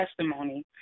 testimony